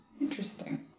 Interesting